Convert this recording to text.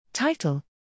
Title